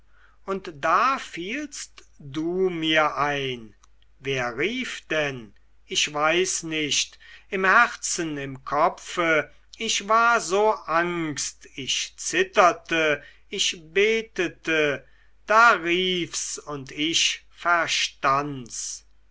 und da fielst du mir ein wer rief denn ich weiß nicht im herzen im kopfe ich war so angst ich zitterte ich betete da rief's und ich